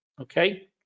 okay